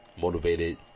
motivated